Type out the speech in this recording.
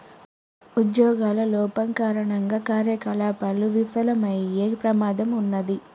ఉజ్జోగుల లోపం కారణంగా కార్యకలాపాలు విఫలమయ్యే ప్రమాదం ఉన్నాది